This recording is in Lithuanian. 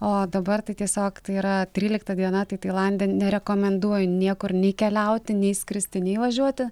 o dabar tai tiesiog tai yra trylikta diena tai tailande nerekomenduoju niekur nei keliauti nei skristi nei važiuoti